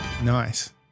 Nice